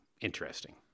interesting